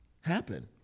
happen